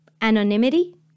anonymity